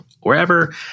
wherever